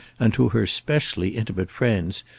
and to her specially intimate friends,